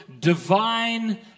divine